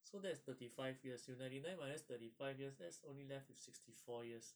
so that is thirty five years you ninety nine minus thirty five years that's only left with sixty four years